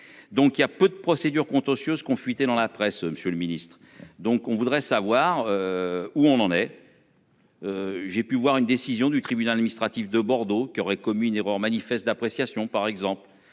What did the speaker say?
Donc il y a peu de procédures contentieuses qui ont fuité dans la presse, Monsieur le Ministre. Donc on voudrait savoir. Où on en est.-- J'ai pu voir une décision du tribunal administratif de Bordeaux qui aurait commis une erreur manifeste d'appréciation. Par exemple